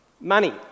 money